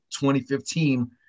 2015